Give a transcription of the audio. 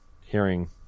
hearing